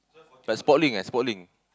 plus Sportslink eh Sportslink